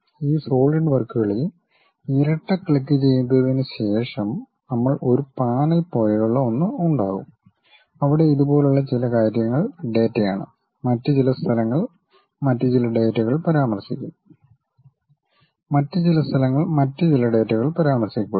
ഈ സോളിഡ്വർക്കുകളിൽ ഇരട്ട ക്ലിക്കുചെയ്തതിന് ശേഷം നമ്മൾക്ക് ഒരു പാനൽ പോലെയുള്ള ഒന്ന് ഉണ്ടാകും അവിടെ ഇതുപോലുള്ള ചില കാര്യങ്ങൾ ഡാറ്റയാണ് മറ്റ് ചില സ്ഥലങ്ങൾ മറ്റ് ചില ഡാറ്റകൾ പരാമർശിക്കും മറ്റ് ചില സ്ഥലങ്ങൾ മറ്റ് ചില ഡാറ്റകൾ പരാമർശിക്കപ്പെടും